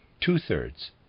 two-thirds